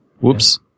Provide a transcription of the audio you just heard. Whoops